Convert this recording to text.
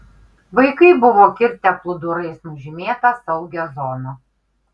vaikai buvo kirtę plūdurais nužymėta saugią zoną